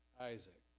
Isaac